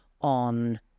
on